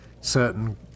certain